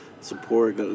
support